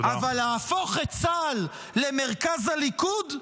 אבל להפוך את צה"ל למרכז הליכוד,